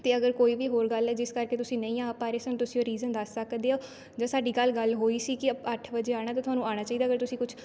ਅਤੇ ਅਗਰ ਕੋਈ ਵੀ ਹੋਰ ਗੱਲ ਜਿਸ ਕਰਕੇ ਤੁਸੀਂ ਨਹੀਂ ਆ ਪਾ ਰਹੇ ਸਾਨੂੰ ਤੁਸੀਂ ਉਹ ਰੀਜ਼ਨ ਦੱਸ ਸਕਦੇ ਹੋ ਜਦ ਸਾਡੀ ਕੱਲ੍ਹ ਗੱਲ ਹੋਈ ਸੀ ਕਿ ਅੱਠ ਵਜੇ ਆਉਣਾ ਤਾਂ ਤੁਹਾਨੂੰ ਆਉਣਾ ਚਾਹੀਦਾ ਅਗਰ ਤੁਸੀਂ ਕੁਝ